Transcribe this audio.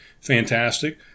fantastic